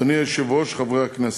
אדוני היושב-ראש, חברי הכנסת,